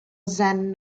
zen